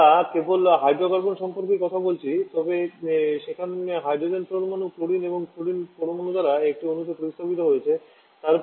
আমরা কেবল হাইড্রোকার্বন সম্পর্কেই কথা বলছি তবে সেখানে হাইড্রোজেন পরমাণু ক্লোরিন এবং ফ্লুরিন পরমাণু দ্বারা একটি অণুতে প্রতিস্থাপিত হয়েছে